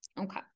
Okay